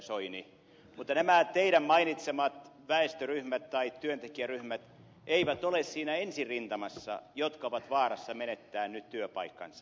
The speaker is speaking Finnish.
soini mutta nämä teidän mainitsemanne väestöryhmät tai työntekijäryhmät eivät ole siinä ensirintamassa jotka ovat vaarassa menettää nyt työpaikkansa